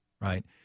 right